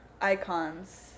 Icons